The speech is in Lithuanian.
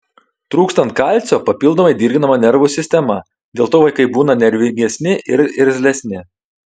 trūkstant kalcio papildomai dirginama nervų sistema dėl to vaikai būna nervingesni ir irzlesni